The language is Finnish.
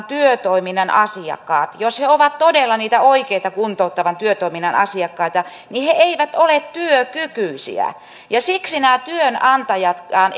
työtoiminnan asiakkaat jos he ovat todella niitä oikeita kuntouttavan työtoiminnan asiakkaita eivät ole työkykyisiä siksi nämä työnantajatkaan